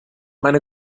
meine